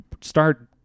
start